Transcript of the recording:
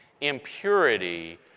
Impurity